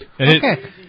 Okay